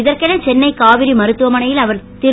இதற்கென சென்னை காவிரி மருத்துவமனையில் அவர் திரு